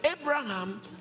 Abraham